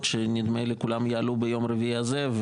שנדמה לי שכולן תעלנה להצבעה ביום רביעי הזה.